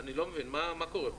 אני לא מבין מה קורה פה?